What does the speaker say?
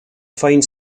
fine